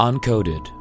Uncoded